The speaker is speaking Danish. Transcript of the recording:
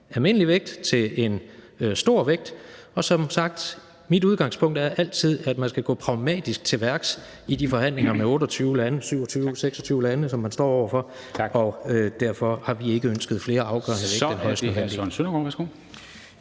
almindelig vægt til en stor vægt, og som sagt er mit udgangspunkt altid, at man skal gå pragmatisk til værks i de forhandlinger med 28, 27 eller 26 lande, som man står over for, og derfor har vi ikke ønsket flere afgørende vægte i den her forhandling.